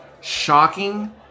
shocking